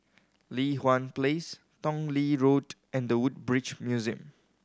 Li Hwan Place Tong Lee Road and The Woodbridge Museum